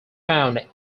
found